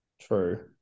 True